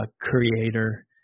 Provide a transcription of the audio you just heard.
Creator